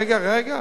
רגע.